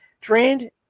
drained